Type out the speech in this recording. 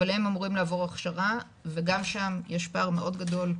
אבל הם אמורים לעבור הכשרה וגם שם יש פער מאוד גדול.